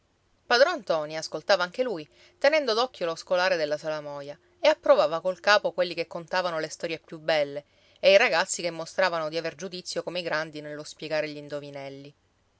padron ntoni ascoltava anche lui tenendo d'occhio lo scolare della salamoia e approvava col capo quelli che contavano le storie più belle e i ragazzi che mostravano di aver giudizio come i grandi nello spiegare gli indovinelli